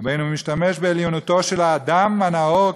ובין אם הוא משתמש בעליונותו של האדם הנאור,